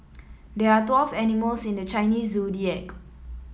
there are twelve animals in the Chinese Zodiac